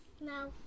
No